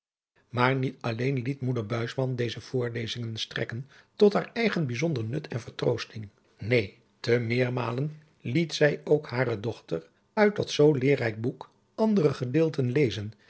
maar niet alleen liet moeder buisman deze voorlezingen strekken tot haar eigen bijzonder nut en vertroosting neen te meermalen liet zij ook hare dochter uit dat zoo leerrijk boek andere gedeelten lezen